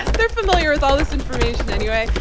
they're familiar with all this information anyway.